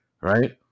right